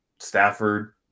Stafford